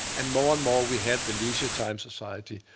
and more and more we have the leisure time society.